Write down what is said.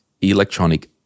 Electronic